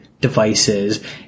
devices